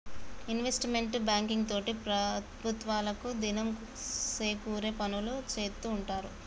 investment banking తోటి ప్రభుత్వాలకు దినం సేకూరే పనులు సేత్తూ ఉంటారు